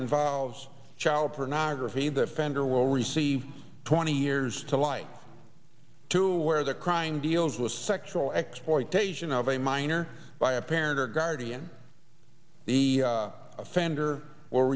involves child pornography that offender will receive twenty years to life to where the crime deals with sexual exploitation of a minor by a parent or guardian the offender